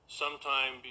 sometime